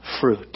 fruit